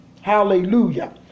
Hallelujah